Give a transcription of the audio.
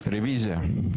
רביזיה.